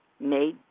made